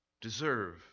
deserve